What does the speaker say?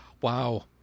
Wow